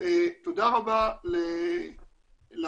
תודה רבה לוועדה,